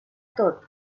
tot